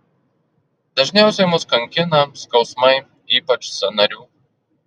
dažniausiai mus kankina skausmai ypač sąnarių